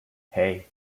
hey